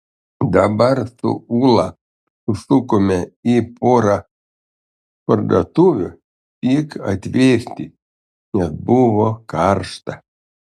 dabar su ūla užsukome į porą parduotuvių tik atvėsti nes buvo karšta